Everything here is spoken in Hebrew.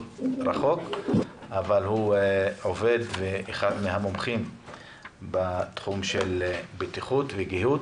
הוא אחד מן המומחים בתחום של בטיחות וגיהות.